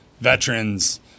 veterans